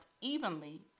evenly